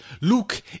Luke